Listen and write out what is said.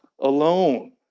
alone